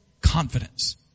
confidence